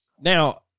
Now